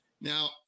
Now